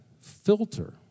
filter